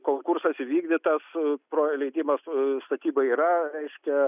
konkursas įvykdytas pro leidimas statybai yra reiškia